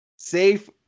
Safe